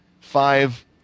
five